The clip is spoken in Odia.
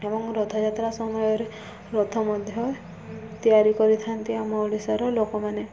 ଏବଂ ରଥଯାତ୍ରା ସମୟରେ ରଥ ମଧ୍ୟ ତିଆରି କରିଥାନ୍ତି ଆମ ଓଡ଼ିଶାର ଲୋକମାନେ